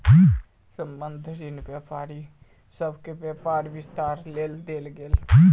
संबंद्ध ऋण व्यापारी सभ के व्यापार विस्तारक लेल देल गेल